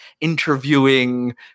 interviewing